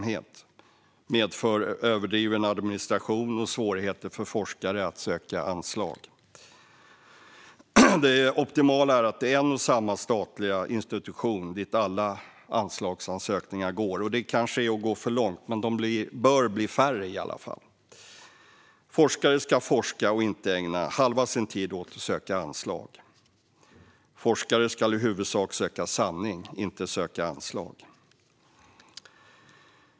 Det medför överdriven administration och svårigheter för forskare att söka anslag. Det optimala vore att alla anslagsansökningar gick till en och samma statliga institution, men det kanske är att går för långt. Färre bör de bli i alla fall. Forskare ska forska och inte ägna halva sin tid åt att söka anslag. Forskare ska i huvudsak söka sanning, inte söka anslag.